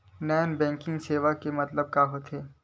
Non banking सेवा के मतलब का होथे?